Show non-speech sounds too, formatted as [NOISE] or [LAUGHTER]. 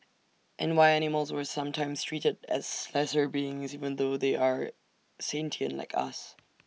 and why animals were sometimes treated as lesser beings even though they are sentient like us [NOISE]